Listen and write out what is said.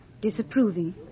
disapproving